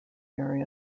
very